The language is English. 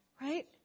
Right